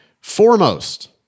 Foremost